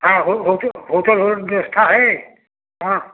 हाँ हो हो होटल ओटल की व्यवस्था है हाँ